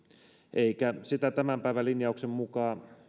eikä sitä tämän päivän linjauksen mukaan